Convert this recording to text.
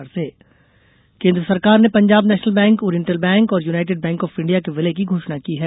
सीतारमन केन्द्र सरकार ने Punjab national bank oriental bank और युनाईटेड बैंक ऑफ इंडिया के विलय की घोषण की है